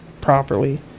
properly